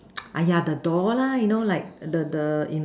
!aiya! the door lah you know like the the in